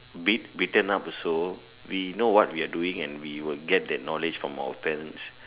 beat beaten up also we know what we are doing and we will get that knowledge from our parents